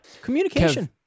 communication